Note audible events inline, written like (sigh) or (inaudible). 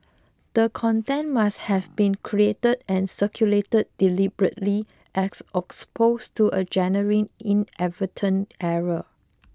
the content must have been created and circulated deliberately as (unintelligible) to a genuine inadvertent error